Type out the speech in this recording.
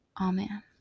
Amen